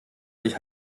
sich